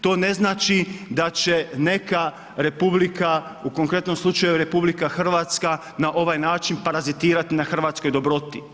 To ne znači, da će neka republika, u konkretnom slučaju RH, na ovaj način parazitirati na hrvatskoj dobroti.